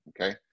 Okay